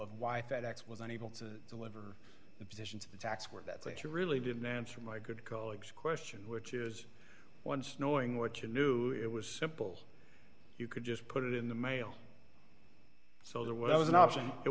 of why fed ex was unable to deliver a position to the tax work that's what you really didn't answer my good colleagues question which is once knowing what you knew it was simple you could just put it in the mail so there was an option it